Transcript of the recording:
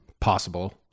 possible